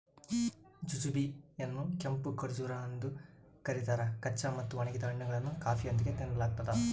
jujube ಯನ್ನುಕೆಂಪು ಖರ್ಜೂರ ಎಂದು ಕರೀತಾರ ಕಚ್ಚಾ ಮತ್ತು ಒಣಗಿದ ಹಣ್ಣುಗಳನ್ನು ಕಾಫಿಯೊಂದಿಗೆ ತಿನ್ನಲಾಗ್ತದ